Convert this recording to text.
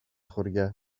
χωριά